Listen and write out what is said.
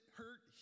hurt